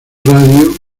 radio